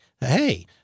Hey